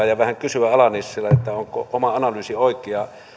ja vähän kysyä ala nissilältä onko oma analyysini oikea